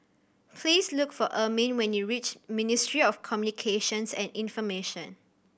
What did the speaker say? please look for Ermine when you reach Ministry of Communications and Information